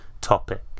topic